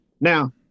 Now